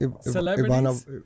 celebrities